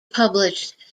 published